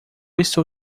estou